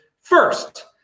first